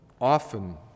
often